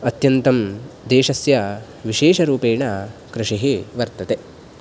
अत्यन्तं देशस्य विशेषरूपेण कृषिः वर्तते